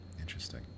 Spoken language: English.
Interesting